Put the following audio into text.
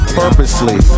purposely